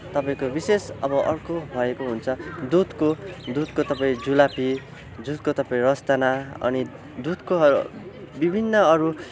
तपाईँको विशेष अब अर्को भएको हुन्छ दुधको दुधको तपाईँ जुलापी दुधको तपाईँ रसदाना अनि दुधको विभिन्न अरू